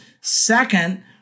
Second